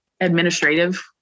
administrative